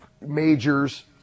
majors